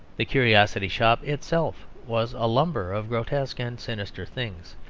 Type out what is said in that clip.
the curiosity shop itself was a lumber of grotesque and sinister things,